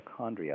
mitochondria